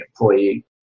employee